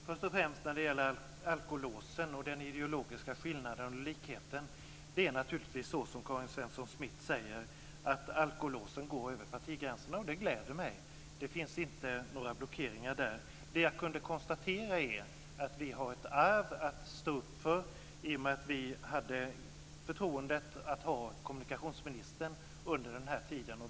Fru talman! Jag vill börja med alkolåsen och den ideologiska skillnaden och likheten. Det är naturligtvis som Karin Svensson Smith säger, att alkolåsen går över partigränserna, och det gläder mig. Det finns inte några blockeringar där. Det jag kunde konstatera är att vi har ett arv att stå upp för i och med att vi hade förtroendet att ha kommunikationsministern under den här tiden.